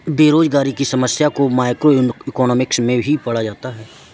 बेरोजगारी की समस्या को भी मैक्रोइकॉनॉमिक्स में ही पढ़ा जाता है